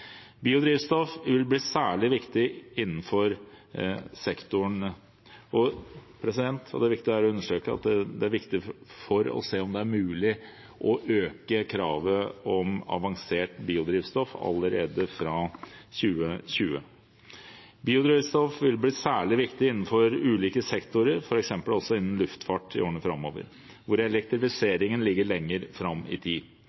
og det er viktig her å understreke at det er viktig for å se om det er mulig å øke kravet om avansert biodrivstoff allerede fra 2020. Biodrivstoff vil bli særlig viktig innenfor ulike sektorer i årene framover, f.eks. også innen luftfart, hvor elektrifiseringen ligger lenger fram i tid.